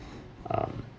um